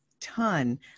ton